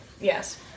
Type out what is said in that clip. yes